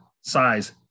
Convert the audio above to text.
size